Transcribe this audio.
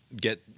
get